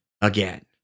again